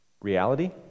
Reality